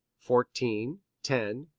fourteen, ten,